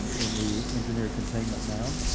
in the engineer containment mound,